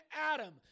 Adam